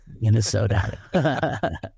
Minnesota